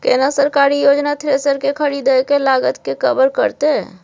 केना सरकारी योजना थ्रेसर के खरीदय के लागत के कवर करतय?